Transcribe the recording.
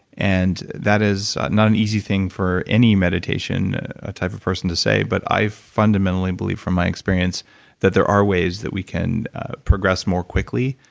and that is not an easy thing for any meditation type of person to say, but i fundamentally believe from my experience that there are ways that we can progress more quickly,